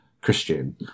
christian